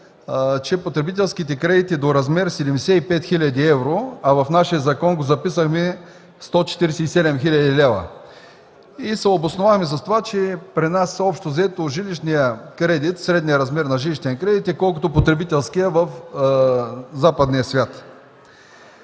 –потребителските кредити до размер 75 хил. евро, а в нашия закон го записахме 147 хил. лв., като се обосновахме с това, че при нас средният размер на жилищен кредит е колкото потребителския в западния свят.